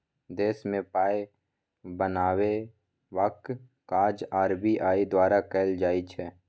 देशमे पाय बनेबाक काज आर.बी.आई द्वारा कएल जाइ छै